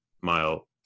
mile